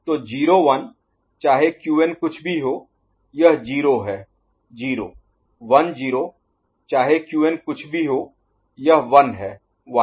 तो 0 1 चाहे Qn कुछ भी हो यह 0 है 0 1 0 चाहे Qn कुछ भी हो यह 1 है 1